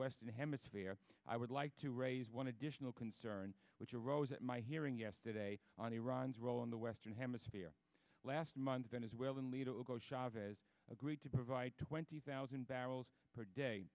western hemisphere i would like to raise one additional concern which arose at my hearing yesterday on iran's role in the western hemisphere last month venezuelan leader hugo chavez agreed to provide twenty thousand barrels per day